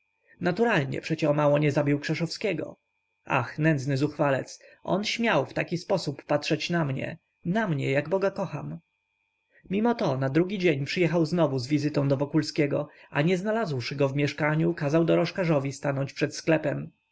naturalnie przecie o mało nie zabił krzeszowskiego ach nędzny zuchwalec on śmiał w taki sposób patrzeć na mnie na mnie jak boga kocham mimo to na drugi dzień przyjechał znowu z wizytą do wokulskiego a nie znalazłszy go w mieszkaniu kazał dorożkarzowi stanąć przed sklepem